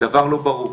דבר לא ברור,